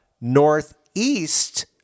northeast